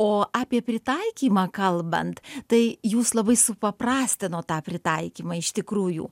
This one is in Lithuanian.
o apie pritaikymą kalbant tai jūs labai supaprastinot tą pritaikymą iš tikrųjų